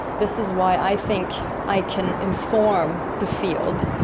this is why i think i can inform the field,